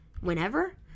whenever